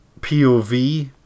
POV